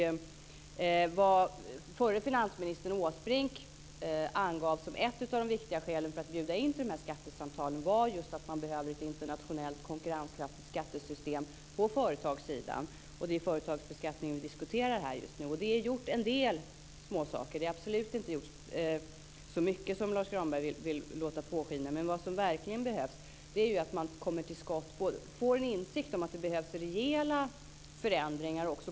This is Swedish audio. Vad förre finansministern Åsbrink angav som ett av de viktiga skälen till att bjuda in till skattesamtalen var just att man behöver ett internationellt konkurrenskraftigt skattesystem på företagssidan. Det är ju företagsbeskattning som vi diskuterar här just nu. En del småsaker är gjorda, men det är absolut inte så mycket som Lars Granberg vill låta påskina. Vad som verkligen behövs är att man kommer till skott och får insikt om att rejäla förändringar behövs.